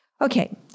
Okay